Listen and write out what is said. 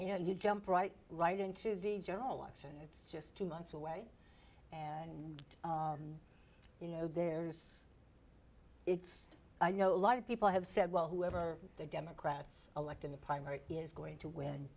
you know you jump right right into the general election it's just two months away and you know there's it's i know a lot of people have said well whoever the democrats elect in the primary is going to win